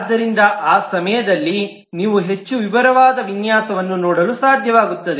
ಆದ್ದರಿಂದ ಆ ಸಮಯದಲ್ಲಿ ನೀವು ಹೆಚ್ಚು ವಿವರವಾದ ವಿನ್ಯಾಸವನ್ನು ನೋಡಲು ಸಾಧ್ಯವಾಗುತ್ತದೆ